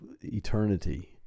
eternity